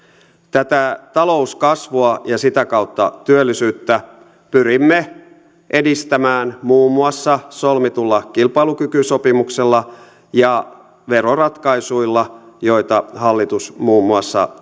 tätä talouskasvua ja sitä kautta työllisyyttä pyrimme edistämään muun muassa solmitulla kilpailukykysopimuksella ja veroratkaisuilla joita hallitus muun muassa